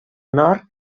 nord